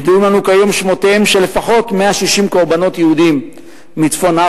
ידועים לנו כיום שמותיהם של לפחות 160 קורבנות יהודים מצפון-אפריקה,